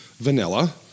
vanilla